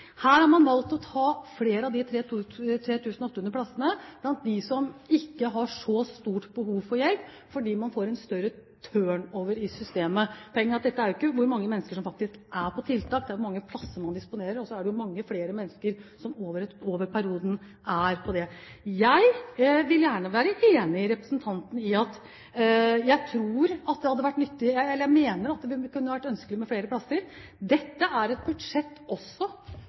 Her har man valgt å ta flere av de 3 800 plassene blant dem som ikke har så stort behov for hjelp, fordi man får en større turnover i systemet. Poenget er at dette er jo ikke hvor mange mennesker som faktisk er på tiltak, det er hvor mange plasser man disponerer, og så er det jo mange flere mennesker som over perioden er på det. Jeg vil gjerne være enig med representanten i at det hadde vært nyttig eller kunne vært ønskelig med flere plasser. Dette er et budsjett også